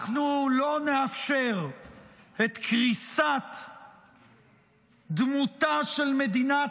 אנחנו לא נאפשר את קריסת דמותה של מדינת